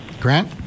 Grant